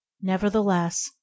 nevertheless